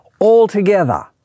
altogether